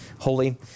Holy